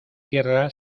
tierra